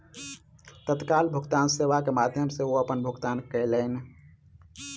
तत्काल भुगतान सेवा के माध्यम सॅ ओ अपन भुगतान कयलैन